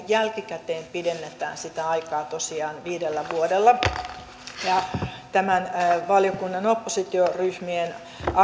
jälkikäteen pidennetään sitä aikaa tosiaan viidellä vuodella ja tämän valiokunnan oppositioryhmien